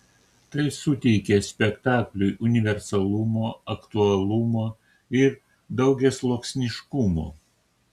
tai suteikia spektakliui universalumo aktualumo ir daugiasluoksniškumo